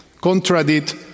contradict